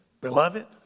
Beloved